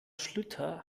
schlüter